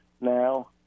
now